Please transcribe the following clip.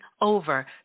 over